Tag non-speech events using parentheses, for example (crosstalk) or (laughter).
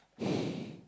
(breath)